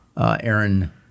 Aaron